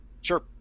Sure